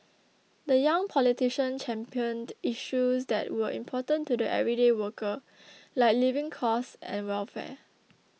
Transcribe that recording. the young politician championed issues that were important to the everyday worker like living costs and welfare